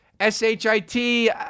S-H-I-T